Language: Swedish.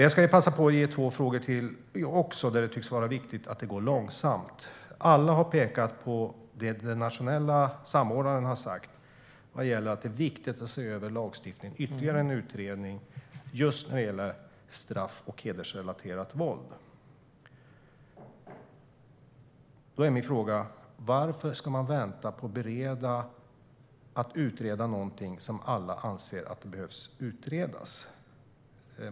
Jag ska passa på att ta upp två frågor till där det tycks vara viktigt att det går långsamt. Alla har pekat på det som den nationella samordnaren har sagt vad gäller att det är viktigt att se över lagstiftningen i ytterligare en utredning just när det gäller straff och hedersrelaterat våld. Då är min fråga: Varför ska man vänta med att utreda någonting som alla anser behöver utredas?